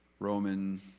Roman